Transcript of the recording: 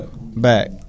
Back